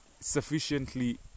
sufficiently